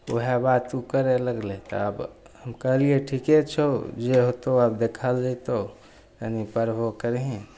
वएह बात ओ करै लगलै तब हम कहलिए ठिके छौ जे हेतौ आब देखल जएतौ कनि पढ़बो करही